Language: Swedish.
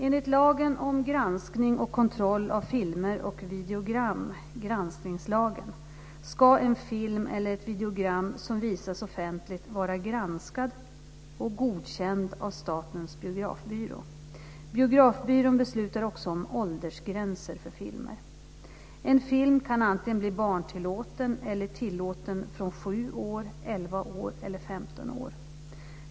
Enligt lagen om granskning och kontroll av filmer och videogram, granskningslagen, ska en film eller ett videogram som visas offentligt vara granskad och godkänd av Statens Biografbyrå. Biografbyrån beslutar också om åldersgränser för filmer. En film kan antingen bli barntillåten eller tillåten från 7 år, 11 år eller 15 år.